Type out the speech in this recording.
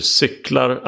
cyklar